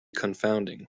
confounding